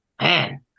man